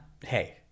Hey